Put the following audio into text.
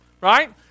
right